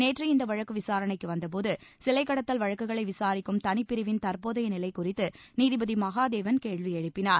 நேற்று இந்த வழக்கு விசாரணைக்கு வந்தபோது சிலை கடத்தல் வழக்குகளை விசாரிக்கும் தனிப்பிரிவின் தற்போதைய நிலை குறித்து நீதிபதி மகாதேவன் கேள்வி எழுப்பினார்